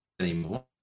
anymore